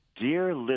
Dear